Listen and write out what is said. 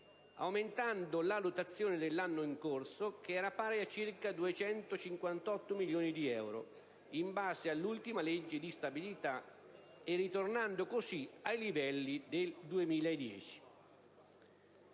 aumentando la dotazione dell'anno in corso che era pari a circa 258 milioni di euro in base all'ultima legge di stabilità e ritornando così ai livelli del 2010.